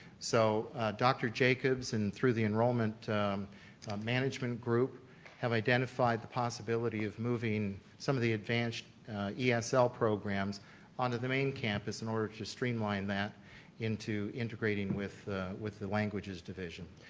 so dr. jacobs and through the enrolment management group have identified the possibility of moving some of the advanced yeah esl programs onto the main campus in order to streamline that into integrating with with the languages division.